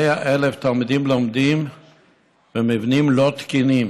100,000 תלמידים לומדים במבנים לא תקינים,